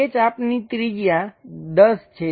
તે ચાપની ત્રિજ્યા 10 છે